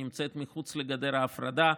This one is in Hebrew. שנמצאת מחוץ לגדר ההפרדה.